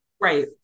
right